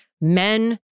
men